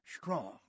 strong